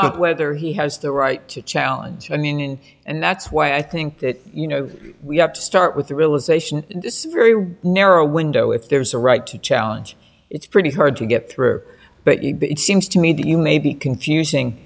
now whether he has the right to challenge an inning and that's why i think that you know we have to start with the realization that this very narrow window if there's a right to challenge it's pretty hard to get through but it seems to me that you may be confusing